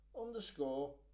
underscore